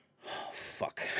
fuck